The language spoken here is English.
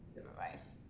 advice